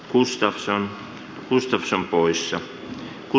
valet förrättas med slutna röstsedlar